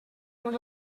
són